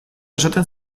esaten